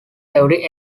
every